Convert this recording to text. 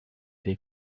they